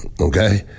okay